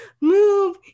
move